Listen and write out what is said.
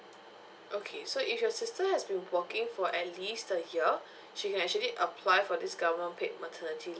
okay so if your sister has been working for at least a year she can actually apply for this government paid maternity lea~